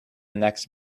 next